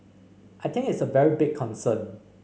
I think it's a very big concern